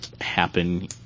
happen